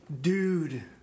Dude